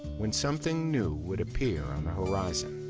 when something new would appear on the horizon.